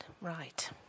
Right